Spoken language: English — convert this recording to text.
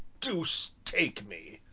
deuce take me!